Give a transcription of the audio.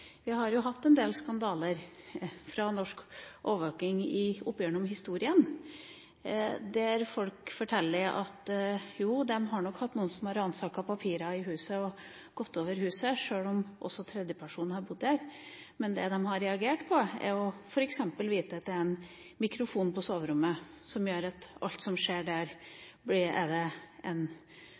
Vi har jo hatt en del skandaler med norsk overvåking opp gjennom historien, der folk forteller at det har nok vært noen som har ransaket huset for papirer og har «gått over» huset, sjøl om også tredjeperson har bodd der. Men det de har reagert på, er f.eks. å få vite at det er en mikrofon på soverommet som gjør at alt som skjer der, er det faktisk en